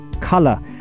Color